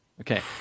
Okay